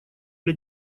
для